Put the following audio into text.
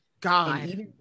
God